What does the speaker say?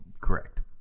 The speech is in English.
Correct